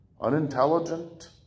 unintelligent